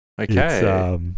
Okay